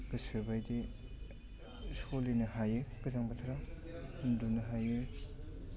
गोसो बायदि सोलिनो हायो गोजां बोथोराव उन्दुनो हायो